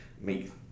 make